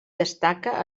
destaca